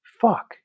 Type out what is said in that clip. fuck